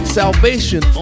salvation